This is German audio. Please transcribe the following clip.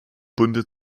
bunde